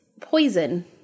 poison